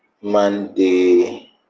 Monday